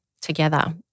together